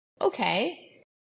okay